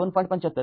७५ ०